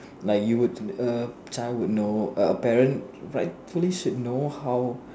like you would err a child would know err a parent rightfully should know how